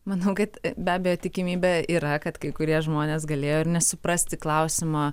manau kad be abejo tikimybė yra kad kai kurie žmonės galėjo ir nesuprasti klausimo